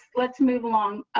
let's move along.